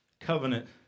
covenant